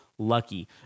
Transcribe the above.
lucky